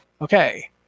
Okay